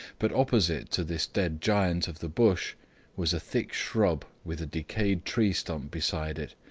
but opposite to this dead giant of the bush was a thick shrub with a decayed tree stump beside it,